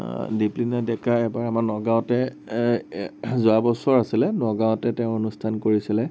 দীপলিনা ডেকা আমাৰ নগাঁৱতে যোৱাবছৰ আছিলে নগাঁৱতে তেওঁ অনুষ্ঠান কৰিছিলে